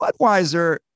Budweiser